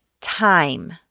time